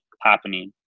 happening